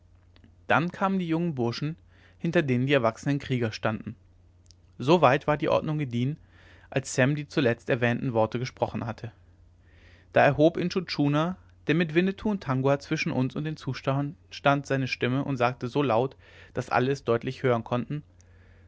dann kamen die jungen burschen hinter denen die erwachsenen krieger standen so weit war die ordnung gediehen als sam die zuletzt erwähnten worte gesprochen hatte da erhob intschu tschuna der mit winnetou und tangua zwischen uns und den zuschauern stand seine stimme und sagte so laut daß alle es deutlich hören konnten